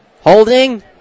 Holding